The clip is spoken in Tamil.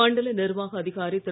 மண்டல நிர்வாக அதிகாரி திரு